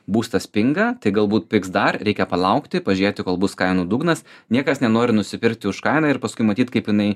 būstas pinga tai galbūt pigs dar reikia palaukti pažiūrėti kol bus kainų dugnas niekas nenori nusipirkti už kainą ir paskui matyt kaip jinai